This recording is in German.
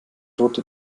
rote